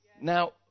Now